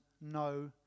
no